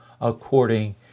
according